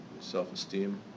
Self-esteem